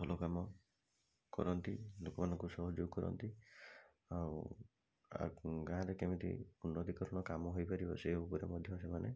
ଭଲ କାମ କରନ୍ତି ଲୋକମାନଙ୍କୁ ସହଯୋଗ କରନ୍ତି ଆଉ ଆ ଗାଁରେ କେମିତି ଉନ୍ନତିମୂଳକ କାମ ହେଇପାରିବ ସେ ଉପରେ ମଧ୍ୟ ସେମାନେ